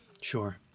Sure